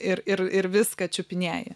ir ir ir viską čiupinėji